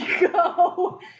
Go